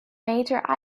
major